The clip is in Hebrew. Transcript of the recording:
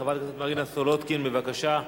חברת הכנסת מרינה סולודקין, בבקשה.